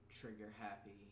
trigger-happy